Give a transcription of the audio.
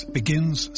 begins